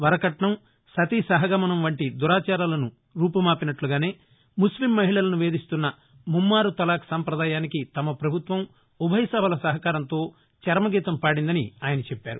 వరకట్నం సతీ సహగమనం వంటి దురాచారాలను రూపు మాపినట్లుగానే ముస్లిం మహిళలను వేధిస్తున్న ముమ్నారు తలాక్ సంప్రదాయానికి తమ ప్రభుత్వం ఉభయ సభల సహకారంతో చరమగీతం పాడిందని ఆయన చెప్పారు